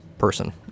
Person